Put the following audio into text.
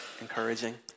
encouraging